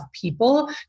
people